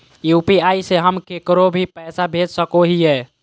UPI से हम केकरो भी पैसा भेज सको हियै?